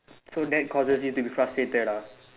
so that cause you to be frustrated lah